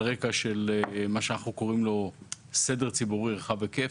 רקע מה שאנחנו קוראים לו סדר ציבורי רחב היקף.